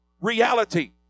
reality